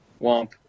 Womp